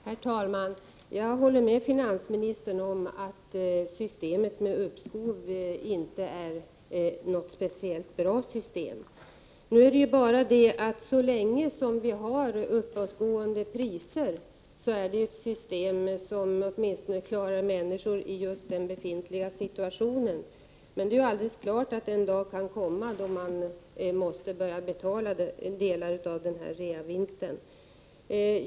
Herr talman! Jag håller med finansministern om att systemet med uppskov inte är speciellt bra. Men så länge priserna på bostäder går upp klarar detta system människor ur deras befintliga situation. Men den-dag kan naturligtvis komma då de måste börja betala delar av denna reavinst.